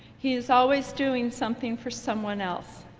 he is always doing something for someone else,